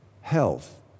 health